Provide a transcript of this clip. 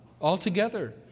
altogether